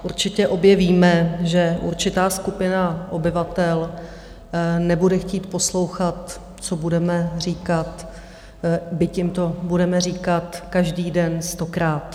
Určitě objevíme, že určitá skupina obyvatel nebude chtít poslouchat, co budeme říkat, byť jim to budeme říkat každý den stokrát.